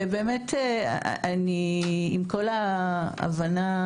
עם כל ההבנה